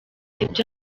ibyo